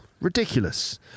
Ridiculous